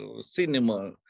cinema